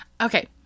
Okay